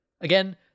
Again